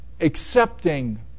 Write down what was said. accepting